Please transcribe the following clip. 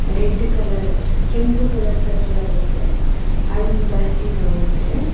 red colour ಕೆಂಪು colour ಖರ್ಜೂರ ಬರುತ್ತೆ ಅದನ್ನು ಜಾಸ್ತಿ ತೊಗೊಳ್ತಾರೆ